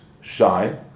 shine